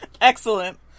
Excellent